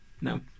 No